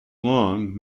long